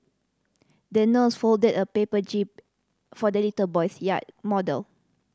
the nurse folded a paper jib for the little boy's yacht model